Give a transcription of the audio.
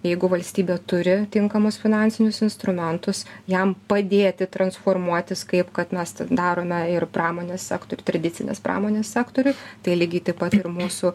jeigu valstybė turi tinkamus finansinius instrumentus jam padėti transformuotis kaip kad mes darome ir pramonės sektoriuj tradicinės pramonės sektoriuj tai lygiai taip pat ir mūsų